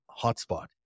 hotspot